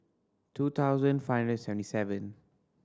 two thousand five and seventy seven